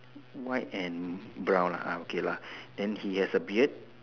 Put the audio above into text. white and brown lah okay lah then he has a beard